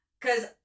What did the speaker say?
cause